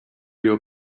your